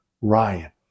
ryan